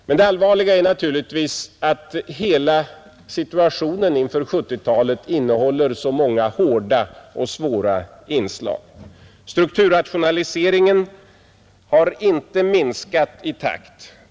Men det allvarliga är naturligtvis att hela situationen inför 1970-talet innehåller så många hårda och svåra inslag. Strukturrationaliseringen har inte minskat i takt.